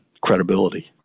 credibility